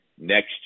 Next